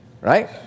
Right